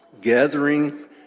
gathering